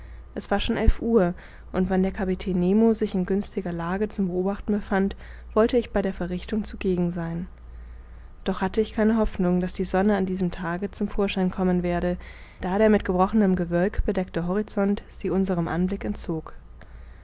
es war schon elf uhr und wenn der kapitän nemo sich in günstiger lage zum beobachten befand wollte ich bei der verrichtung zugegen sein doch hatte ich keine hoffnung daß die sonne an diesem tage zum vorschein kommen werde da der mit gebrochenem gewölk bedeckte horizont sie unserem anblick entzog